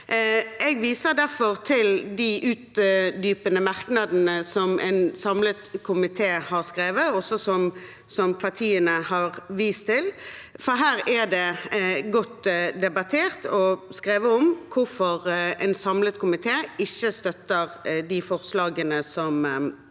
Jeg viser derfor til de utdypende merknadene som en samlet komité har skrevet, og som partiene har vist til, for her er det godt debattert og skrevet om hvorfor en samlet komité ikke støtter de forslagene som